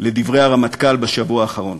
על דברי הרמטכ"ל בשבוע האחרון.